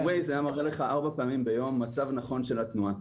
אם ה-ווייז היה מראה לך ארבע פעמים ביום מצב נכון של התנועה,